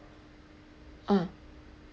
ah